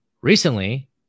recently